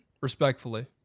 respectfully